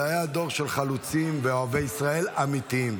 זה היה דור של חלוצים ואוהבי ישראל אמיתיים.